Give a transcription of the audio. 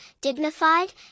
dignified